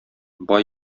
бай